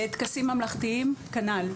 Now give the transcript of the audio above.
טקסים ממלכתיים כנ"ל.